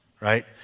right